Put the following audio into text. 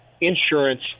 insurance